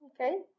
Okay